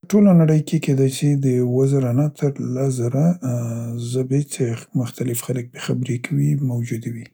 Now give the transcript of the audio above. په ټوله نړۍ کې کیداس سي د اوه زره نه تر لس زره، ا، زبې څې مختلف خلک پې خبرې کوي موجودې وي.